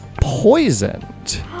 poisoned